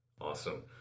Awesome